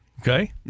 Okay